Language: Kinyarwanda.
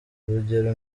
urugero